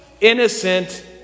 innocent